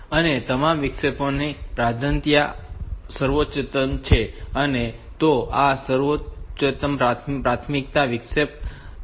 અને તમામ વિક્ષેપોમાં પ્રાધાન્યતા સર્વોચ્ચ છે તો આ સર્વોચ્ચ પ્રાથમિકતા વિક્ષેપ છે